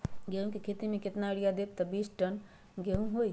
गेंहू क खेती म केतना यूरिया देब त बिस टन गेहूं होई?